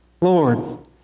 Lord